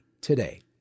today